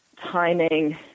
timing